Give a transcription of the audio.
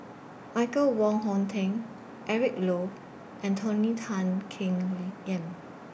Michael Wong Hong Teng Eric Low and Tony Tan Keng Yam